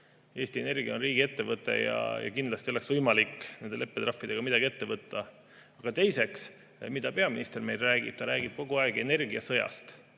Eesti Energia on riigiettevõte, siis kindlasti oleks võimalik nende leppetrahvidega midagi ette võtta. Aga teiseks, mida peaminister räägib? Ta räägib kogu aeg energiasõjast.